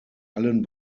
allen